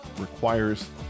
requires